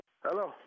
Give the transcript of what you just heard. Hello